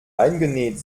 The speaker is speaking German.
eingenäht